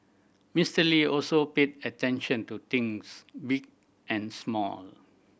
Mister Lee also paid attention to things big and small